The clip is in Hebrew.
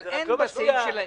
אבל אין בסעיף שלהם.